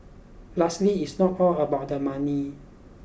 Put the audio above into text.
lastly it's not all about the money